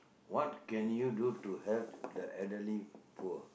what can you do to help the elderly poor